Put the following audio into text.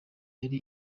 ari